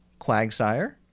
Quagsire